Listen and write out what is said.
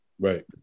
right